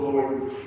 Lord